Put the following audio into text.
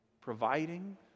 providing